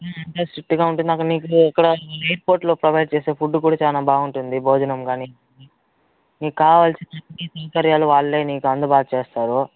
అంత స్ట్రిక్ట్గా ఉంటుంది అక్కడ నీకు అక్కడ ఎయిర్పోర్ట్లో ప్రొవైడ్ చేసే ఫుడ్ కూడా చాలా బాగుంటుంది భోజనం కాని మీకు కావల్సినవన్ని సౌకర్యాలు వాళ్ళే నీకు అందుబాటు చేస్తారు